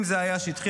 אם זה היה שטחי,